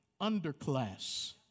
underclass